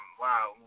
Wow